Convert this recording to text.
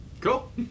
Cool